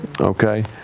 Okay